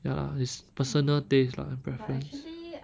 ya lah it's personal taste lah and preference